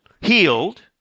healed